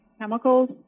chemicals